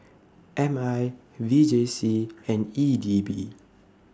M I V J C and E D B